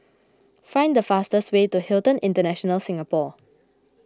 find the fastest way to Hilton International Singapore